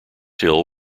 hill